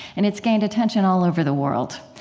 and it's gained attention all over the world.